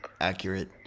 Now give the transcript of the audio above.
accurate